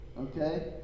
okay